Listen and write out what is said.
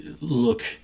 look